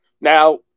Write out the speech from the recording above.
Now